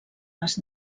les